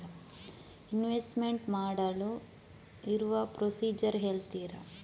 Investment ಮಾಡಲು ಇರುವ procedure ಹೇಳ್ತೀರಾ?